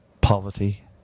poverty